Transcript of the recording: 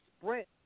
Sprint